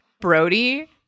Brody